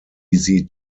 easy